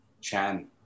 Chan